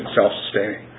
self-sustaining